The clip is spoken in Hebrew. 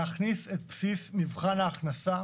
להוסיף את סעיף מבחן ההכנסה